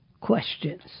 questions